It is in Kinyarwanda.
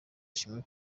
ishimwe